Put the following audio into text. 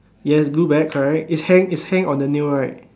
yes blue bag correct is hang is hang on the nail right